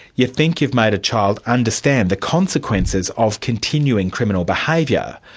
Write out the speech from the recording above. you think you've made a child understand the consequences of continuing criminal behaviour.